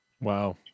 Wow